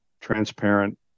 transparent